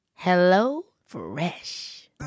HelloFresh